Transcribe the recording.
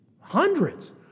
hundreds